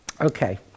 Okay